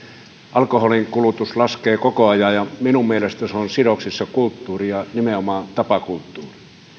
alkoholin kulutus laskee koko ajan ja minun mielestäni se on sidoksissa kulttuuriin ja nimenomaan tapakulttuuriin